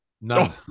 No